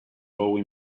bowie